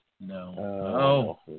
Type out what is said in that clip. No